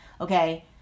okay